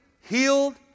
healed